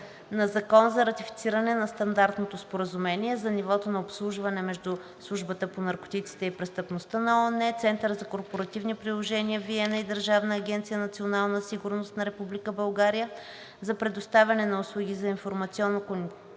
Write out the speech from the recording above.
на закон за ратифициране на Стандартното споразумение за нивото на обслужване между Службата по наркотиците и престъпността на ООН (UNODC), Центъра за корпоративни приложения – Виена (EAC-VN), и Държавна агенция „Национална сигурност“ – Република България, за предоставяне на услуги за информационно-комуникационни